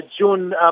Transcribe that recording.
June